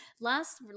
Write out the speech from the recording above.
Last